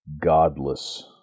godless